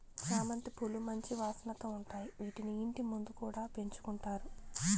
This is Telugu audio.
చామంతి పూలు మంచి వాసనతో ఉంటాయి, వీటిని ఇంటి ముందు కూడా పెంచుకుంటారు